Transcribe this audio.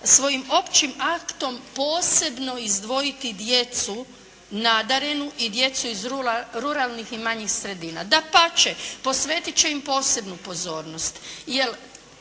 svojim općim aktom posebno izdvojiti djecu nadarenu i djecu iz ruralnih i manjih sredina. Dapače, posvetiti će im posebnu pozornost,